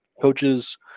coaches